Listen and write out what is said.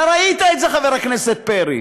אתה ראית את זה, חבר הכנסת פרי.